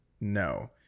No